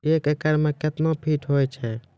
एक एकड मे कितना फीट होता हैं?